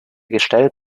gestell